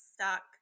stuck